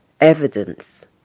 evidence